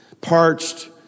parched